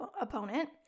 opponent